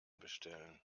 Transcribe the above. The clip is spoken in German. bestellen